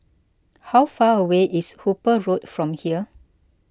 how far away is Hooper Road from here